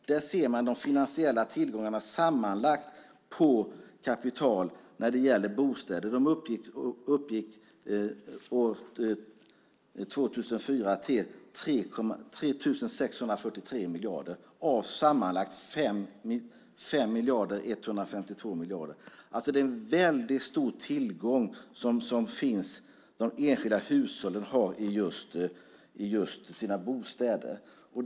Där ser man de finansiella tillgångarna sammanlagt på kapital när det gäller bostäder. De uppgick år 2004 till 3 643 miljarder av sammanlagt 5 152 miljarder. Det är en väldigt stor tillgång som de enskilda hushållen har i sina bostäder.